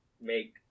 make